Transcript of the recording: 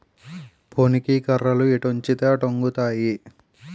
పోనీకి కర్రలు ఎటొంచితే అటొంగుతాయి